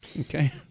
Okay